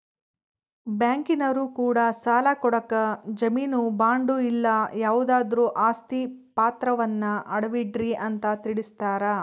ಬ್ಯಾಂಕಿನರೊ ಕೂಡ ಸಾಲ ಕೊಡಕ ಜಾಮೀನು ಬಾಂಡು ಇಲ್ಲ ಯಾವುದಾದ್ರು ಆಸ್ತಿ ಪಾತ್ರವನ್ನ ಅಡವಿಡ್ರಿ ಅಂತ ತಿಳಿಸ್ತಾರ